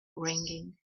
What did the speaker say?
ringing